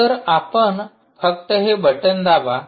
तर आपण फक्त हे बटण दाबा